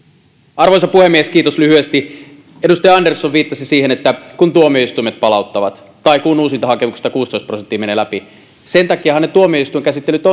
arvoisa puhemies kiitos lyhyesti edustaja andersson viittasi siihen että tuomioistuimet palauttavat hakemuksia tai uusintahakemuksista kuusitoista prosenttia menee läpi sen takiahan ne tuomioistuinkäsittelyt